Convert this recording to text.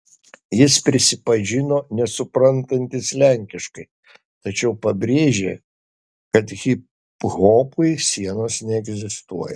jis prisipažino nesuprantantis lenkiškai tačiau pabrėžė kad hiphopui sienos neegzistuoja